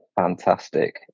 fantastic